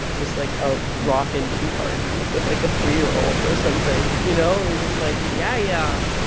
just, like, a rocking tea party with, like, a three year old or something, you know? or you're just like, yeah yeah,